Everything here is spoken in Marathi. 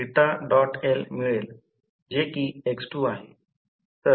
म्हणून हे सर्व मूल्य अशी ठेवा की सहाशे KVA मिळतील